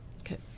Okay